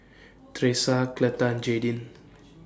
Tresa Cleta and Jadyn